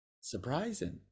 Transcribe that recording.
surprising